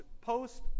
post